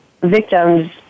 victims